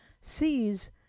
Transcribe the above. sees